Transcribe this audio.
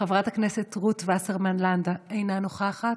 חברת הכנסת רות וסרמן לנדה, אינה נוכחת,